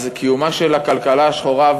אז קיומה של הכלכלה השחורה,